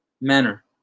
manner